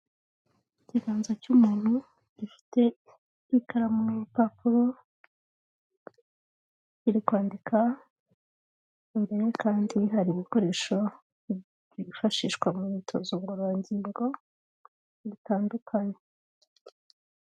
Ikiganza cy'umuntu gifite ikaramu n'urupapuro kiri kwandika, imbere kandi hari ibikoresho byifashishwa mu myitozo ngororangingo bitandukanye.